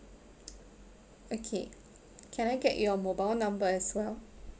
okay can I get your mobile number as well